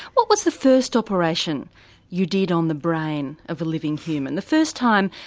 what was the first operation you did on the brain of a living human? the first time,